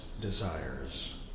desires